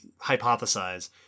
hypothesize